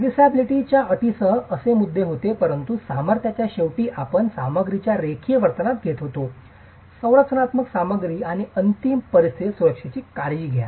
serviceability च्या अटींसह असे मुद्दे होते परंतु सामर्थ्याच्या शेवटी आपण सामग्रीच्या रेखीय वर्तन विचारात घेत होते संरचनात्मक सामग्री आणि अंतिम परिस्थितीत सुरक्षिततेची काळजी घ्या